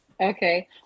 Okay